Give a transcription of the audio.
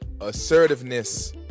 assertiveness